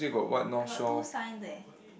I got two sign eh